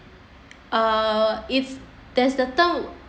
uh if there's a term